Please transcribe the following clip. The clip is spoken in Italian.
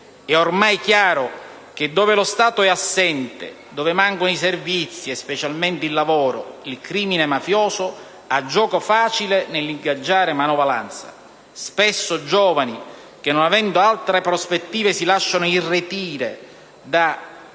È ormai chiaro che dove lo Stato è assente, dove mancano i servizi e specialmente il lavoro, il crimine mafioso ha gioco facile nell'ingaggiare manovalanza e, spesso, giovani, i quali, non avendo altre prospettive, si lasciano irretire da